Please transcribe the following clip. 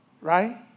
right